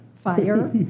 Fire